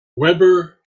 weber